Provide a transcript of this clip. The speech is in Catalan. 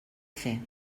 fer